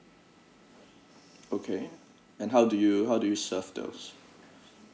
okay and how do you how do you serve those